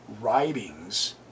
writings